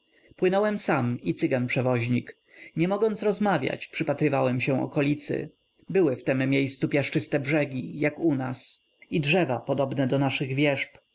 płynąłem sam i cygan przewoźnik nie mogąc rozmawiać przypatrywałem się okolicy były w tem miejscu piaszczyste brzegi jak u nas i drzewa podobne do naszych wierzb